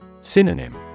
Synonym